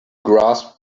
grasp